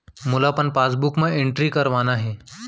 मोला अपन पासबुक म एंट्री करवाना हे?